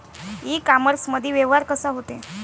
इ कामर्समंदी व्यवहार कसा होते?